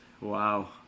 Wow